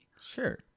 Sure